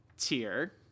tier